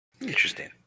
Interesting